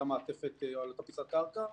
על אותה פיסת קרקע.